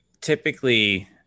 typically